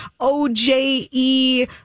OJE